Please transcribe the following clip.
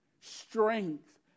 strength